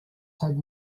set